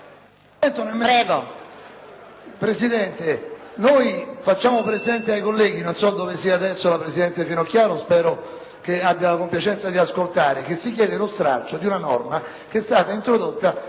Presidente, facciamo presente ai colleghi - non so dove sia ora la presidente Finocchiaro, ma spero che abbia la compiacenza di ascoltare - che si chiede lo stralcio di una norma introdotta